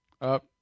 up